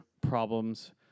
problems